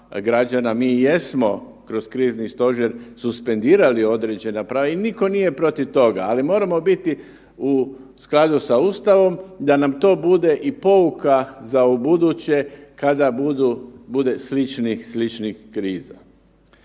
Mi jesmo kroz krizni stožer suspendirali određena prava i nitko nije protiv toga, ali moramo biti u skladu sa Ustavom, da nam to bude i pouka za ubuduće kada bude sličnih kriza.